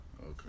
Okay